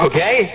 Okay